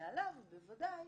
ומעליו בוודאי